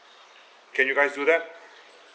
can you you guys do that